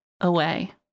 Away